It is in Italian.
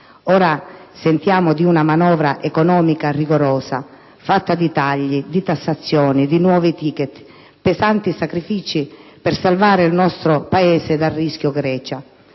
Ora sentiamo di una manovra economica rigorosa, fatta di tagli, di tassazioni, di nuovi *ticket*, di pesanti sacrifici per salvare il nostro Paese dal rischio Grecia,